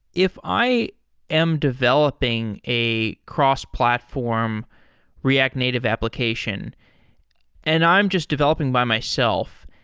if i am developing a cross-platform react native application and i'm just developing by myself,